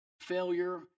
failure